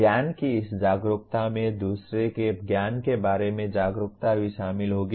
ज्ञान की इस जागरूकता में दूसरे के ज्ञान के बारे में जागरूकता भी शामिल होगी